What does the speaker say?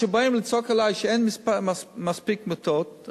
כשבאים לצעוק עלי שאין מספיק מיטות,